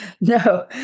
No